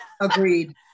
Agreed